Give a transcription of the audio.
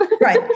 Right